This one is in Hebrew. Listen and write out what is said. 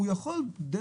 הוא יכול עם